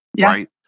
Right